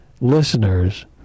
listeners